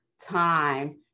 time